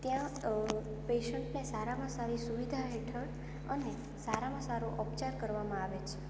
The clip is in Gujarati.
ત્યાં પેશન્ટને સારામાં સારી સુવિધા હેઠળ અને સારામાં સારો ઉપચાર કરવામાં આવે છે